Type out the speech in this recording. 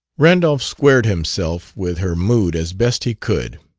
randolph squared himself with her mood as best he could.